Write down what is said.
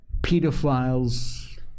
pedophiles